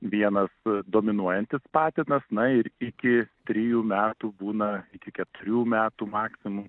vienas dominuojantis patinas na ir iki trijų metų būna iki keturių metų maksimum